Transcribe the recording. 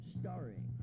starring